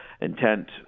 intent